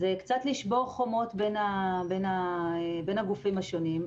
זה קצת לשבור חומות בין הגופים השונים,